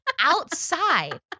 outside